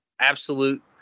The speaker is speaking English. absolute